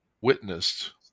witnessed